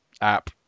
app